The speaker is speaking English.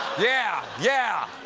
yeah, yeah.